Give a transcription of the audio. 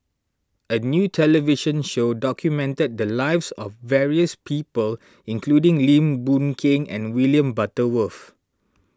a new television show documented the lives of various people including Lim Boon Keng and William Butterworth